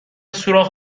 سوراخ